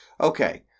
Okay